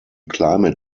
climate